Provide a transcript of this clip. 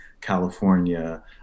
California